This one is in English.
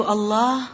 Allah